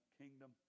kingdom